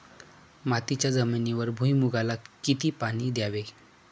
मातीच्या जमिनीवर भुईमूगाला किती पाणी द्यावे?